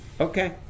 Okay